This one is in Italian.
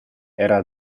era